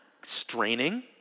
straining